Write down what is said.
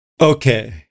Okay